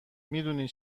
میدونی